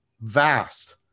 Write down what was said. vast